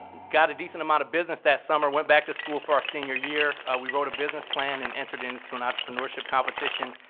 got a decent amount of business that summer. went back to school for our senior year. we wrote a business plan and entered it in to to an entrepreneurship competition.